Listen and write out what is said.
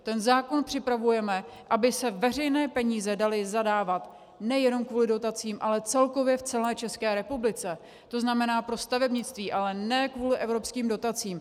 Ten zákon připravujeme, aby se veřejné peníze daly zadávat nejenom kvůli dotacím, ale celkově v celé České republice, to znamená pro stavebnictví, ale ne kvůli evropským dotacím.